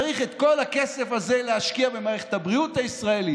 צריך את כל הכסף הזה להשקיע במערכת הבריאות הישראלית,